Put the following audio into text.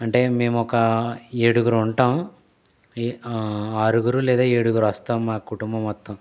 అంటే మేమొక ఏడుగురం ఉంటాం ఏ ఆ ఆరుగురు లేదా ఏడుగురు వస్తాం మా కుటుంబం మొత్తం